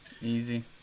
Easy